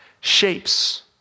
shapes